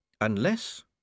Unless